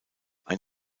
ein